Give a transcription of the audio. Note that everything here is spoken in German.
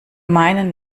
meinen